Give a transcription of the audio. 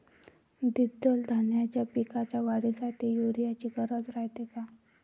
द्विदल धान्याच्या पिकाच्या वाढीसाठी यूरिया ची गरज रायते का?